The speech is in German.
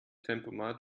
tempomat